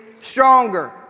stronger